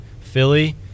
philly